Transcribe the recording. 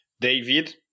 David